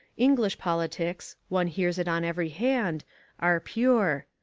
english politics one hears it on every hand are pure.